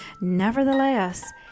Nevertheless